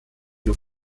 nur